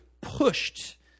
pushed